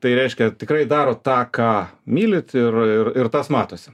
tai reiškia tikrai darot tą ką mylit ir ir ir tas matosi